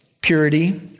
purity